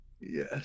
Yes